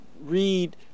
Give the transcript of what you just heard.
read